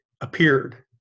appeared